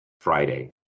Friday